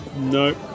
No